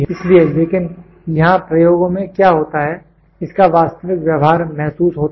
इसलिए लेकिन यहाँ प्रयोगों में क्या होता है इसका वास्तविक व्यवहार महसूस होता है